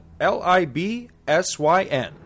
L-I-B-S-Y-N